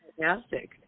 fantastic